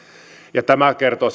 tämä kertoo